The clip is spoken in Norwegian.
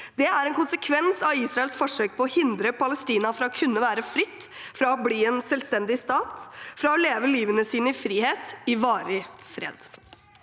Det er en konsekvens av Israels forsøk på å hindre Palestina fra å kunne være fritt, fra å bli en selvstendig stat, fra å leve liv i frihet, i varig fred.